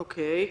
אוקי.